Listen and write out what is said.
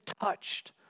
touched